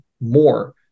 more